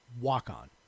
walk-on